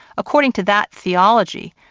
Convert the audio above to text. according to that theology,